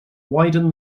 widen